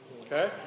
Okay